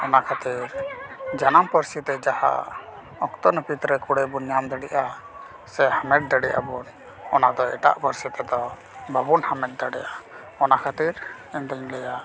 ᱚᱱᱟ ᱠᱷᱟᱹᱛᱤᱨ ᱡᱟᱱᱟᱢ ᱯᱟᱹᱨᱥᱤᱛᱮ ᱡᱟᱦᱟᱸ ᱚᱠᱛᱚ ᱱᱟᱹᱯᱤᱛ ᱨᱮ ᱠᱩᱲᱟᱹᱭ ᱵᱚᱱ ᱧᱟᱢ ᱫᱟᱲᱮᱭᱟᱜᱼᱟ ᱥᱮ ᱦᱟᱢᱮᱴ ᱫᱟᱲᱮ ᱟᱵᱚᱱ ᱚᱱᱟ ᱫᱚ ᱮᱴᱟᱜ ᱯᱟᱹᱨᱥᱤ ᱛᱮᱫᱚ ᱵᱟᱵᱚᱱ ᱦᱟᱢᱮᱴ ᱫᱟᱲᱮᱜᱼᱟ ᱚᱱᱟ ᱠᱷᱟᱹᱛᱤᱨ ᱤᱧ ᱫᱚᱹᱧ ᱞᱟᱹᱭᱟ